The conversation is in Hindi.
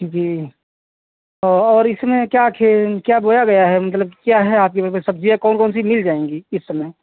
जी और इसमें क्या खे क्या बोया गया है मतलब क्या है आपकी सब्ज़ियाँ कौन कौन सी मिल जाएंगी इस समय